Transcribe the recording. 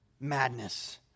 madness